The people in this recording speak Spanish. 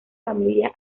familia